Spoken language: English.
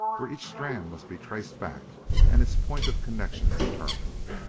where each strand must be traced back and its point of connection determined,